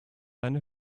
eine